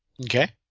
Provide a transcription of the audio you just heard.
Okay